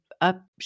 up